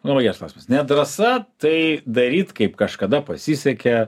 naujas klausimas ne drąsa tai daryt kaip kažkada pasisekė